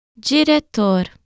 Diretor